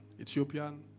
Ethiopian